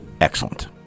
Excellent